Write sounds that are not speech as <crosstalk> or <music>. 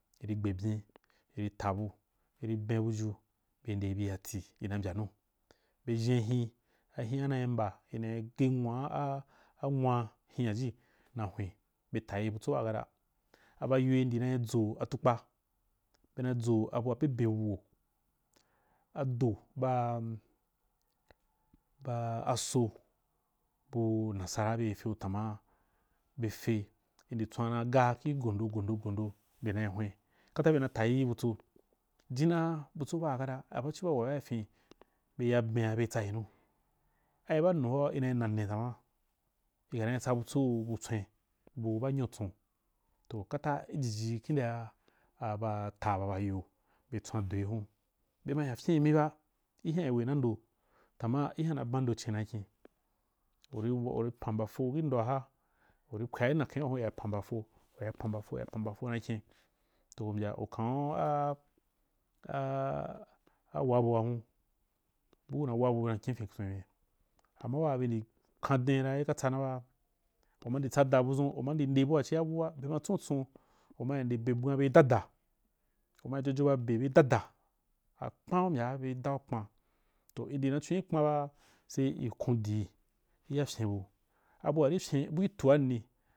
Ɪri gbe byen, iri ta bu, iri ben buju i ri nde bi ya tii i na mbyanu, be ʒhen hin a hin nai mba <unintelligible> anwa hin na hwen be tayi butso a gara kata aba yoi ndi na dʒou tukpa bena dʒo abu wa bebe bu wo, ado ba a aso bu nasaraa be feu tanma ve fe nde na tswan ga gi gondo gondo gondo nde nayi hwen kata bena ta yi butso, jina butso baa kara kata a bali ba awuwa ba ki fin be ya ben ra be tsayi nu ci ba wunu hora inai nna nne tan ma, ɨkama tsa butso but tswen bu ba nyo tson toh kata jiji kindea a ba ata ba ayo be tswan do i hun be ma hyan fyen mi ba, i hyen we na ndo tanma i hyen na ban ndo cen na kyen u rì u rì pan mbafo yi ndoa u ri pwana nki <unintelligible> pan mbafo, pan mbafo pan mbafo na kyen u mbya u kan’u <hesitation> wabu a hun bu una wabu na kyen fin tswen, tanma waa be ndi kan den’i ra i ka tsana ba u ma ndi tsada budʒun u ma nde abua tia buu ba, bema tson’u tson u a nde bwan bee dada, u ma jojo ba be be dada akpan u mbyaa beri dau kpan toh i ndi na con’i kpan ba se i kon dii iya fyen bu abua fyen fyen bau tuanini.